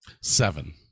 seven